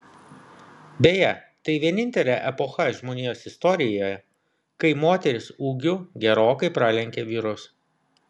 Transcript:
beje tai vienintelė epocha žmonijos istorijoje kai moterys ūgiu gerokai pralenkė vyrus